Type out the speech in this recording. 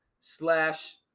slash